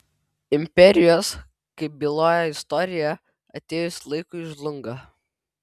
imperijos kaip byloja istorija atėjus laikui žlunga